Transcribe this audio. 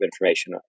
information